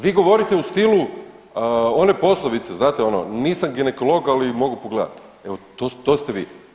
Vi govorite u stilu one poslovice, znate ono nisam ginekolog ali mogu pogledati, evo to ste vi.